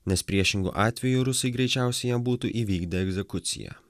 nes priešingu atveju rusai greičiausiai jam būtų įvykdę egzekuciją